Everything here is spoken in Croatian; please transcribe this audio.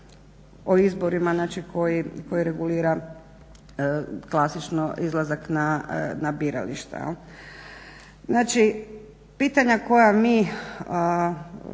o izborima koji regulira klasično izlazak na birališta. Znači pitanja koja mi